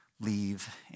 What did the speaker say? leave